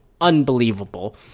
Unbelievable